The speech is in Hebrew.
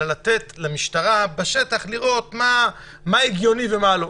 אלא לתת למשטרה בשטח לראות מה הגיוני ומה לא.